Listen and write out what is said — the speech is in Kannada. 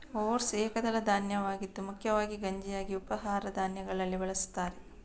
ಓಟ್ಸ್ ಏಕದಳ ಧಾನ್ಯವಾಗಿದ್ದು ಮುಖ್ಯವಾಗಿ ಗಂಜಿಯಾಗಿ ಉಪಹಾರ ಧಾನ್ಯಗಳಲ್ಲಿ ಬಳಸುತ್ತಾರೆ